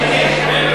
יש.